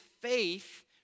faith